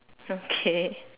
okay